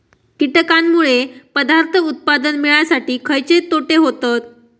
कीटकांनमुळे पदार्थ उत्पादन मिळासाठी खयचे तोटे होतत?